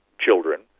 children